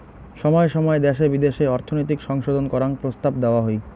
সময় সময় দ্যাশে বিদ্যাশে অর্থনৈতিক সংশোধন করাং প্রস্তাব দেওয়া হই